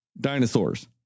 dinosaurs